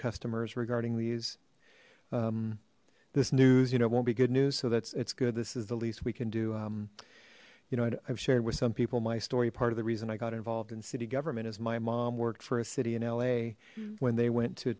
customers regarding these this news you know won't be good news so that's it's good this is the least we can do you know i've shared with some people my story part of the reason i got involved in city government is my mom worked for a city in la when they went to